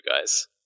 guys